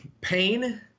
pain